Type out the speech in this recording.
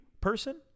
person